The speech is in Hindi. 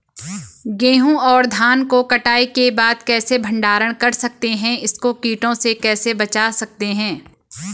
गेहूँ और धान को कटाई के बाद कैसे भंडारण कर सकते हैं इसको कीटों से कैसे बचा सकते हैं?